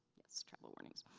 yes, travel warnings.